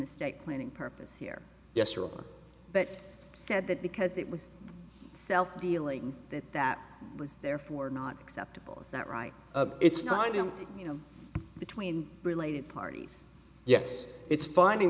estate planning purpose here yesterday that said that because it was self dealing that that was therefore not acceptable it's not right it's not them you know between related parties yes it's finding